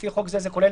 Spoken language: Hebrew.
לפי חוק זה, זה כולל